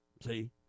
See